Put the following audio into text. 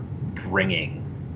bringing